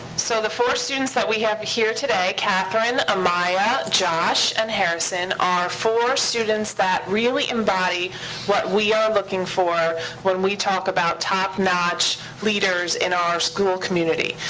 so the four students that we have here today, catherine, amaya, josh, and harrison are four students that really embody what we are looking for when we talk about top-notch leaders in our school community,